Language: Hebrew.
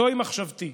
זוהי מחשבתי.